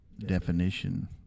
Definition